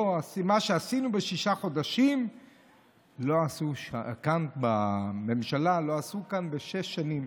מה שעשינו בשישה חודשים כאן בממשלה לא עשו כאן בשש שנים.